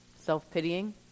self-pitying